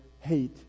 hate